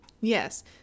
Yes